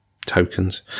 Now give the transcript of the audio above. tokens